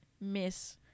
miss